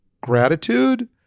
gratitude